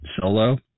solo